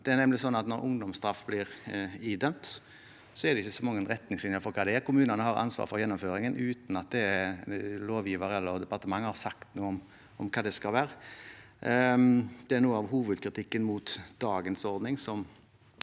Det er nemlig sånn at når ungdomsstraff blir idømt, er det ikke så mange retningslinjer for hva kommunene har ansvar for av gjennomføringen, uten at lovgiver eller departement har sagt noe om hva det skal være. Det er noe av hovedkritikken mot dagens ordning, som